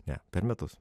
ne per metus